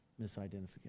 misidentification